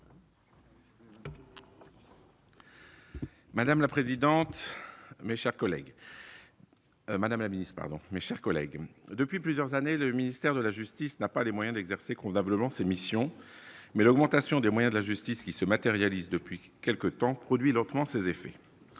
Madame la présidente, mes chers collègues, Madame la Ministre, pardon, mes chers collègues, depuis plusieurs années, le ministère de la justice n'a pas les moyens d'exercer convenablement ses missions mais l'augmentation des moyens de la justice qui se matérialise depuis quelque temps, produit leur prendre ses effets